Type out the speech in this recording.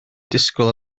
disgwyl